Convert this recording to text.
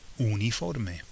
uniforme